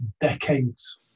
decades